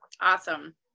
Awesome